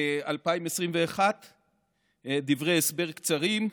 2021. דברי הסבר קצרים: